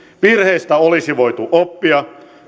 virheistä olisi voitu oppia